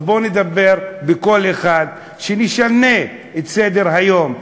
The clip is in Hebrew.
ובואו נדבר בקול אחד ונשנה את סדר-היום,